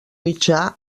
mitjà